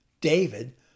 David